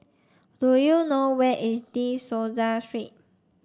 do you know where is De Souza Street